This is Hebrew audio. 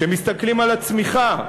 כשמסתכלים על הצמיחה,